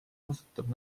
kasutab